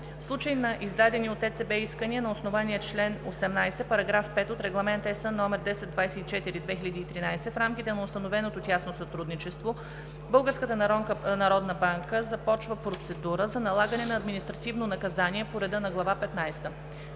случай на издадени от ЕЦБ искания на основание чл. 18, параграф 5 от Регламент (ЕС) № 1024/2013 в рамките на установеното тясно сътрудничество, Българската народна банка започва процедура за налагане на административно наказание по реда на глава